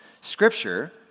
scripture